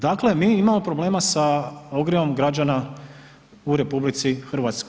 Dakle, mi imamo problema sa ogrjevom građana u RH.